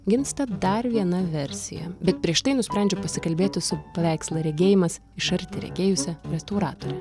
gimsta dar viena versija bet prieš tai nusprendžiu pasikalbėti su paveikslą regėjimas iš arti regėjusia restauratore